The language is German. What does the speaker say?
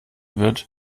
wird